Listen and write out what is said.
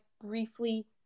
briefly